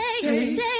take